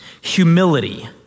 humility